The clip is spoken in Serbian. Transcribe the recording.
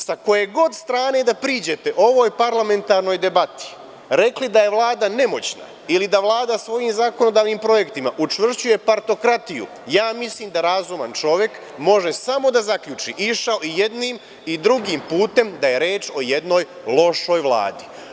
Sa koje god strane da priđete ovoj parlamentarnoj debati, rekli da je Vlada nemoćna ili da Vlada svojim zakonodavnim projektima učvršćuje partokratiju, ja mislim da razuman čovek može samo da zaključi, išao jednim i drugim putem, da je reč o jednoj lošoj Vladi.